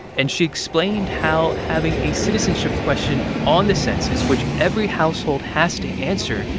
and she explained how having a citizenship question on the census, which every household has to answer,